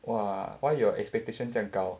!wah! why your expectations 这样高